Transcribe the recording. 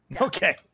Okay